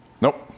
Nope